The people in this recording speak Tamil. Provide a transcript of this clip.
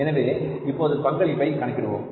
எனவே இப்போது பங்களிப்பை கணக்கிடுவோம்